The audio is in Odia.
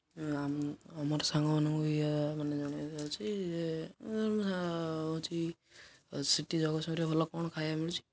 ଆମର ସାଙ୍ଗମାନଙ୍କୁ ଏଇଆ ମାନେ ଜଣେଇବାକୁ ଚାହୁଁଛି ଯେ ହେଉଛି ସେଇଠି ଜଗତସିଂହପୁରରେ ଭଲ କ'ଣ ଖାଇବା ମିଳଛି